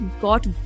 got